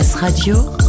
Radio